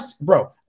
bro